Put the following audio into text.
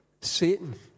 Satan